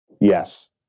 yes